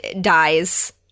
dies